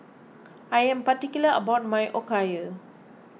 I am particular about my Okayu